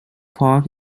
park